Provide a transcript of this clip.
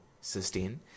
sustain